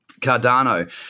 Cardano